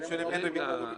משלמים זה לא פיגורים.